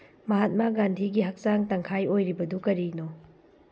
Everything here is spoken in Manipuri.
ꯃꯍꯥꯠꯃ ꯒꯥꯟꯙꯤꯒꯤ ꯍꯛꯆꯥꯡ ꯇꯪꯈꯥꯏ ꯑꯣꯏꯔꯤꯕꯗꯨ ꯀꯔꯤꯅꯣ